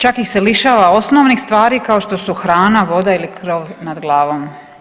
Čak ih se lišava osnovnih stvari kao što su hrana, voda ili krov nad glavom.